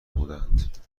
بودند